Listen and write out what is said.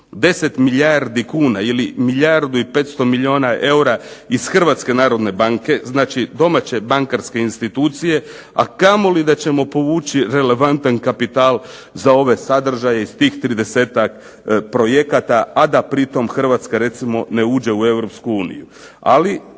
10 milijardi kuna ili milijardu i 500 milijuna eura iz Hrvatske narodne banke. Znači domaće bankarske institucije, a kamoli da ćemo povući relevantan kapital za ove sadržaje iz tih tridesetak projekata a da pritom Hrvatska recimo ne uđe u Europsku